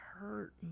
hurt